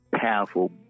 powerful